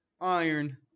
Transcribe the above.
iron